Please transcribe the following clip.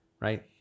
right